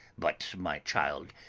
but, my child,